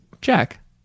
jack